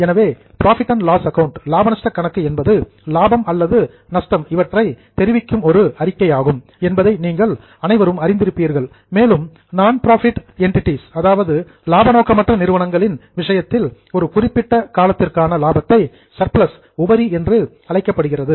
எனவே profit and loss account லாப நஷ்ட கணக்கு என்பது லாபம் அல்லது நஷ்டம் இவற்றை தெரிவிக்கும் ஒரு அறிக்கையாகும் என்பதை நீங்கள் அனைவரும் அறிந்திருப்பீர்கள் மேலும் நான் புரோஃபிட் எண்டிடீஸ் லாப நோக்கமற்ற நிறுவனங்களின் விஷயத்தில் ஒரு குறிப்பிட்ட காலத்திற்கான லாபத்தை சர்பிளஸ் உபரி என்று அழைக்கப்படுகிறது